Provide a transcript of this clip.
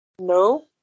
No